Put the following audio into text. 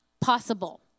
possible